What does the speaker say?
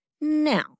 Now